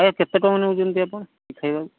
କେତେ କ'ଣ ନେଉଛନ୍ତି ଆପଣ ଶିଖାଇବାକୁ